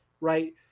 right